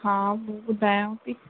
हा ॿुधायांव थी